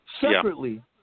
separately